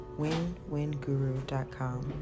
winwinguru.com